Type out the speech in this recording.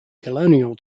colonial